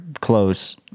close